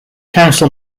council